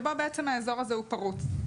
שלמעשה הוא פרוץ.